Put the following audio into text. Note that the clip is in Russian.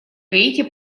гаити